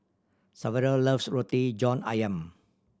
Saverio loves Roti John Ayam